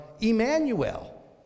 Emmanuel